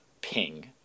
ping